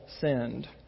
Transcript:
sinned